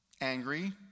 angry